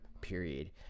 period